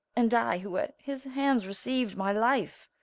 and i, who at his hands receiu'd my life,